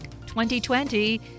2020